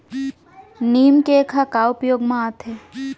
नीम cake ह का उपयोग मा आथे?